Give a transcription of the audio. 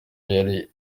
yari